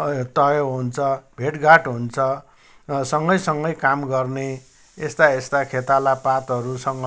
तय हुन्छ भेटघाट हुन्छ सँगैसँगै काम गर्ने यस्ता यस्ता खेतालापातहरूसँग